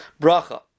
bracha